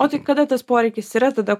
o tai kada tas poreikis yra tada